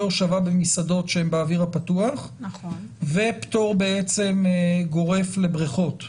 הושבה במסעדות שהם באוויר הפתוח ופטור בעצם גורף לבריכות.